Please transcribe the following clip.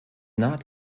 not